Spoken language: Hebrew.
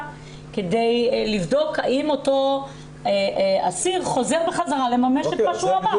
כדי לבדוק האם אותו אסיר חוזר בחזרה לממש את מה שהוא אמר.